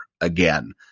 again